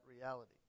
reality